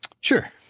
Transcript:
Sure